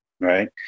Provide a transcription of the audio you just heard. Right